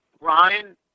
Ryan